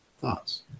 thoughts